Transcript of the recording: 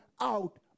out